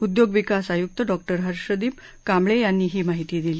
उद्योग विकास आयुक्त डॉक्टर हर्षदीप कांबळे यांनी ही माहिती दिली